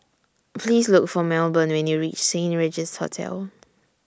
Please Look For Melbourne when YOU REACH Saint Regis Hotel